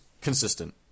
consistent